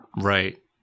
Right